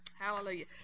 Hallelujah